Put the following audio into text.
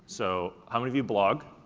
so how many of you blog?